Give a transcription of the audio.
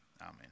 amen